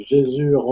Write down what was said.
Jésus